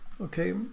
Okay